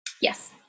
Yes